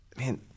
man